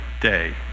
day